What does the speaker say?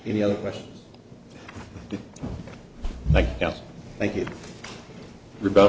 any other questions like thank you re